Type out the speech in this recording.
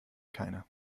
keiner